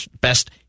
best